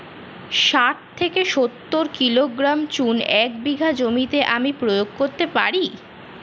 শাঠ থেকে সত্তর কিলোগ্রাম চুন এক বিঘা জমিতে আমি প্রয়োগ করতে পারি?